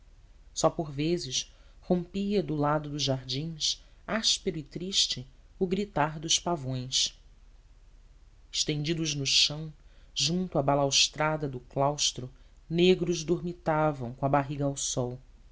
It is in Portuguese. só por vezes rompia do lado dos jardins áspero e triste o gritar dos pavões estendidos no chão junto à balaustrada do claustro negros dormitavam com a barriga ao sol